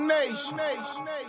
Nation